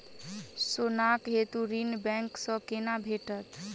सोनाक हेतु ऋण बैंक सँ केना भेटत?